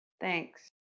Thanks